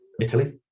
Italy